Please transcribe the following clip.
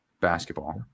basketball